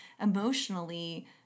emotionally